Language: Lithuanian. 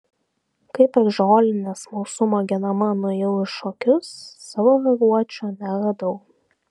kai per žolinę smalsumo genama nuėjau į šokius savo raguočio neradau